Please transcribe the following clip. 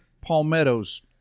palmettos